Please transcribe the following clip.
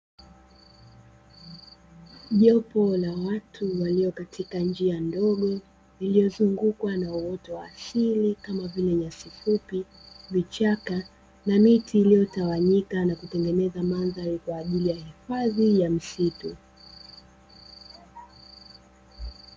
Jopo la watu walio katika njia ndogo iliyozungukwa na uoto wa asili kama vile nyasi fupi, vichaka na miti iliyotawanyika na kutengeneza mandhari kwa ajili ya hifadhi ya msitu.